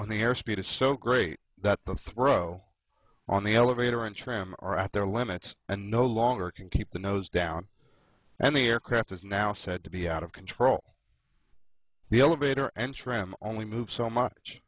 when the airspeed is so great that the throw on the elevator and tram are at their limits and no longer can keep the nose down and the aircraft is now said to be out of control the elevator and tram only move so much